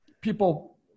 people